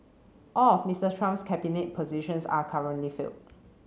all of Mister Trump's cabinet positions are currently filled